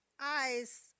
eyes